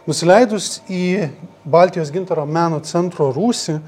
nusileidus į baltijos gintaro meno centro rūsį